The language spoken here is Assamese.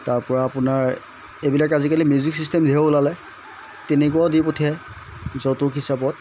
তাৰপৰা আপোনাৰ এইবিলাক আজিকালি মিউজিক চিষ্টেম ওলালে তেনেকুৱাও দি পঠিয়ায় যৌতুক হিচাপত